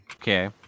Okay